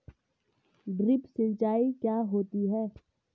Drip सिंचाई क्या होती हैं?